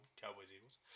Cowboys-Eagles